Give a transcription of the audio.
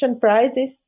prizes